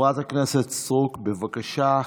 חברת הכנסת סטרוק, בבקשה,